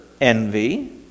envy